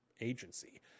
Agency